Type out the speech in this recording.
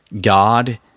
God